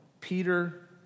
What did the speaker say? Peter